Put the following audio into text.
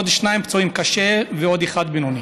עוד שני פצועים קשה ועוד קשה ובינוני